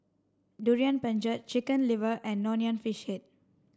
durian pengat chicken liver and Nonya Fish Head